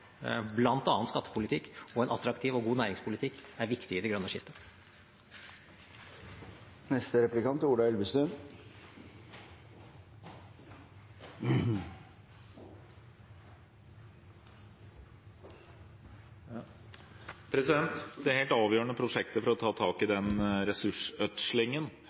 bl.a. skattepolitikk og en attraktiv og god næringspolitikk er viktig i det grønne skiftet. Det helt avgjørende prosjektet for å ta tak i den ressursødslingen